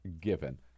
given